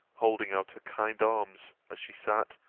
holding out her kind arms, as she sat,